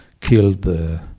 killed